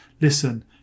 listen